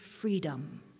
freedom